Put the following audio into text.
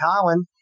Colin